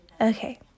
Okay